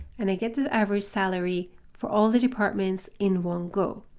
and i get the average salary for all the departments in one go.